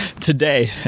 today